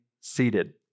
seated